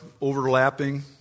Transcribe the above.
overlapping